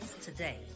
today